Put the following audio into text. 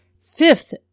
fifth